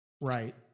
right